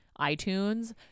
iTunes